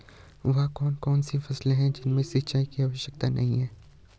वह कौन कौन सी फसलें हैं जिनमें सिंचाई की आवश्यकता नहीं है?